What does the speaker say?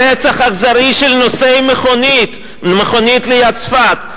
רצח אכזרי של נוסעי מכונית ליד צפת,